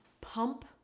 pump